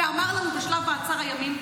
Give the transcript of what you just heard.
ואמר לנו בשלב מעצר הימים,